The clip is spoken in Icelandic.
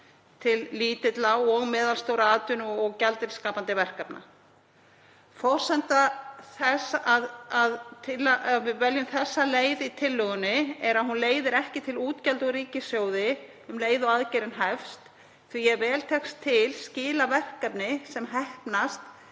til lítilla og meðalstórra atvinnu- og gjaldeyrisskapandi verkefna. Forsenda þess að við veljum þessa leið í tillögunni er að hún leiði ekki til útgjalda úr ríkissjóði um leið og aðgerðin hefst því ef vel tekst til skila verkefni sem heppnast